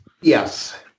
Yes